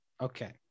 Okay